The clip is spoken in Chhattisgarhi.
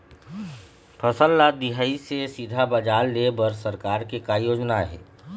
फसल ला दिखाही से सीधा बजार लेय बर सरकार के का योजना आहे?